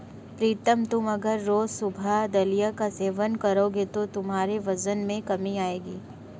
प्रीतम तुम अगर रोज सुबह दलिया का सेवन करोगे तो तुम्हारे वजन में कमी आएगी